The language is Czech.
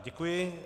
Děkuji.